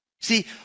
See